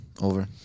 Over